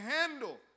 handle